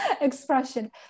expression